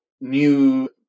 new